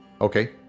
Okay